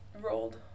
rolled